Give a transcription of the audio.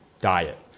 diet